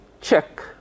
check